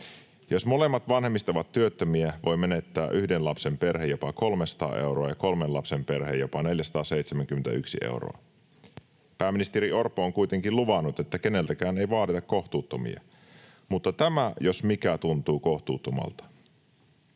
Jos molemmat vanhemmista ovat työttömiä, yhden lapsen perhe voi menettää jopa 300 euroa ja kolmen lapsen perhe jopa 471 euroa. Pääministeri Orpo on kuitenkin luvannut, että keneltäkään ei vaadita kohtuuttomia, mutta tämä jos mikä tuntuu kohtuuttomalta.